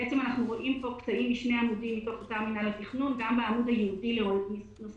רואים פה קטעים משני עמודים מתוך האתר של מינהל התכנון.